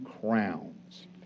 crowns